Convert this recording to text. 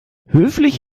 höflich